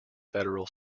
federal